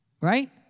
Right